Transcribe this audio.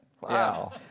Wow